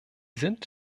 sind